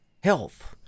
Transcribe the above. health